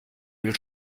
will